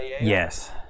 Yes